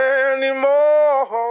anymore